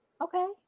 Okay